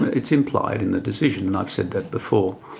it's implied in the decision and i've said that before.